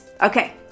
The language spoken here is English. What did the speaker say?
okay